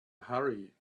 hurry